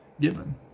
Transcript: given